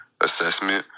assessment